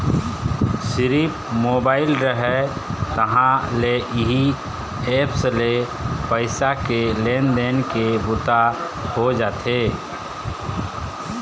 सिरिफ मोबाईल रहय तहाँ ले इही ऐप्स ले पइसा के लेन देन के बूता हो जाथे